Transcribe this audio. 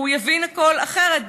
הוא יבין הכול אחרת,